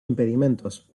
impedimentos